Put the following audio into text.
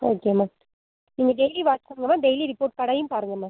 okay ma'am நீங்கள் daily watch பண்ணுங்கள் ma'am daily report கார்டையும் பாருங்கள் மேம்